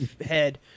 head